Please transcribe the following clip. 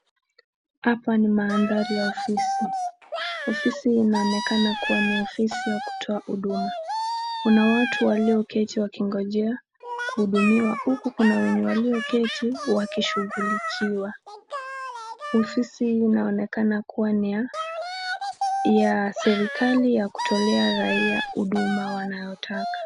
Hapa ni mandhari ya ofisi, ofisi inaonekana kuwa ni ofisi ya kutoa huduma. Kuna watu walioketi wakingojea kuhudumiwa huku kuna wenye walioketi wakishughulikiwa. Ofisi inaonekana kuwa ni ya serikali ya kutolea raia huduma wanayoitaka.